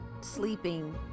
sleeping